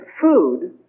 food